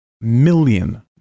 million